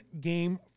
game